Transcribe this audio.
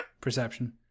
perception